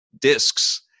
discs